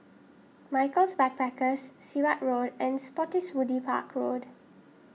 Michaels Backpackers Sirat Road and Spottiswoode Park Road